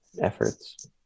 efforts